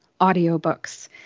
audiobooks